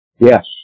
Yes